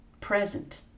present